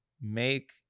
make